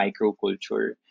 microculture